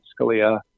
Scalia